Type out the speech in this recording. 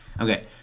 Okay